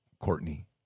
Courtney